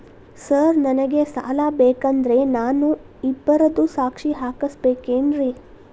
Sir ನನಗೆ ಸಾಲ ಬೇಕಂದ್ರೆ ನಾನು ಇಬ್ಬರದು ಸಾಕ್ಷಿ ಹಾಕಸಬೇಕೇನ್ರಿ?